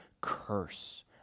curse